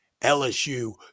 LSU